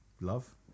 love